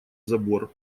забор